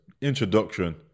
Introduction